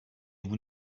vous